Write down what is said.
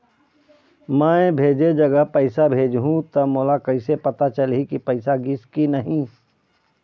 मैं भेजे जगह पैसा भेजहूं त मोला कैसे पता चलही की पैसा गिस कि नहीं?